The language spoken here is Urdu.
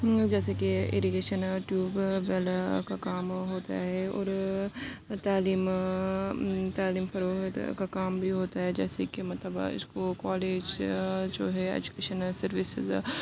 جیسے کہ ایرگیشن ٹیوب ویل کا کام ہوتا ہے اور تعلیم تعلیم فروغ کا کام بھی ہوتا ہے جیسے کہ مطلب اسکو کالج جو ہے اجوکیشن سرویسز